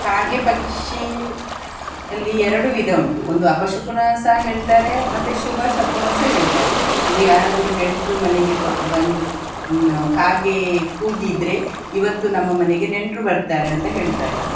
ಕಾಗೆ ಪಕ್ಷಿ ಅಲ್ಲಿ ಎರಡು ವಿಧ ಉಂಟು ಒಂದು ಅಪಶಕುನ ಸಹ ಹೇಳ್ತಾರೆ ಮತ್ತು ಶುಭಶಕುನ ಸಹ ಹೇಳ್ತಾರೆ ಈಗ ಯಾರಾದರೂ ನೆಂಟರು ಮನೆಗೆ ಬ ಬಂದು ಕಾಗೆ ಕೂಗಿದರೆ ಇವತ್ತು ನಮ್ಮ ಮನೆಗೆ ನೆಂಟರು ಬರ್ತಾರೆ ಅಂತ ಹೇಳ್ತಾರೆ